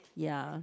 ya